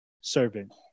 servant